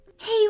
Hey